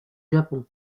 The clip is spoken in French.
japon